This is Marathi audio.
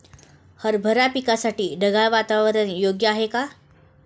हरभरा पिकासाठी ढगाळ वातावरण योग्य आहे का?